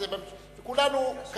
כולנו,